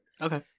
okay